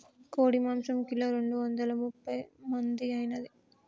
కోడి మాంసం కిలో రెండు వందల ముప్పై మంది ఐనాది